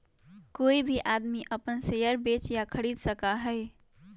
कोई भी आदमी अपन शेयर बेच या खरीद सका हई